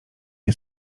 nie